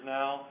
now